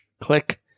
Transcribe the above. click